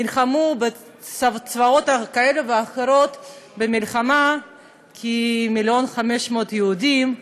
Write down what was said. נלחמו בצבאות כאלה ואחרים במלחמה כמיליון ו-500,000 יהודים,